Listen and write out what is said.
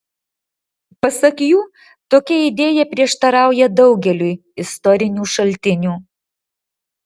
pasak jų tokia idėja prieštarauja daugeliui istorinių šaltinių